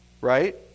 right